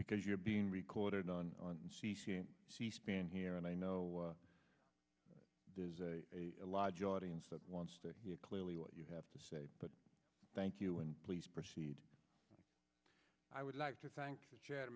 because you're being recorded on c span here and i know there's a large audience that wants to hear clearly what you have to say but thank you and please proceed i would like to t